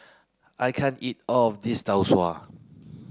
I can't eat all of this Tau Suan